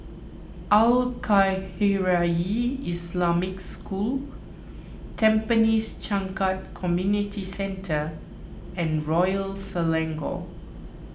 Al Khairiah Islamic School Tampines Changkat Community Centre and Royal Selangor